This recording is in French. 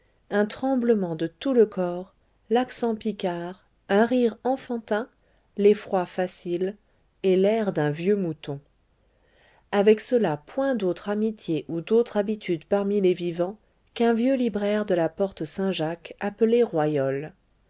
un tremblement de tout le corps l'accent picard un rire enfantin l'effroi facile et l'air d'un vieux mouton avec cela point d'autre amitié ou d'autre habitude parmi les vivants qu'un vieux libraire de la porte saint-jacques appelé royol